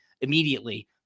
immediately